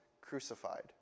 crucified